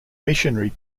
missionary